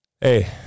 hey